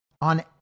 on